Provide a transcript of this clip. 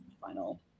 final